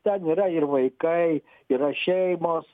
ten yra ir vaikai yra šeimos